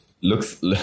looks